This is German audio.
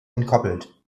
entkoppelt